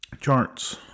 Charts